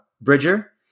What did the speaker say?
Bridger